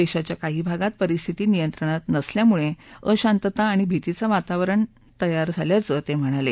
देशाच्या काही भागात परिस्थिती नियंत्रणात नसल्यामुळे अशांतता आणि भितीचं वातावरण असल्याचं ते म्हणाले